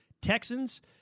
Texans